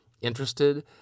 interested